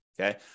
Okay